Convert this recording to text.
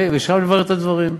ושם נברר את הדברים.